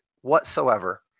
whatsoever